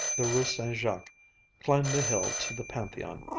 the rue st. jacques climbed the hill to the pantheon.